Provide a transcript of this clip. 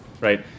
right